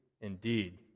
indeed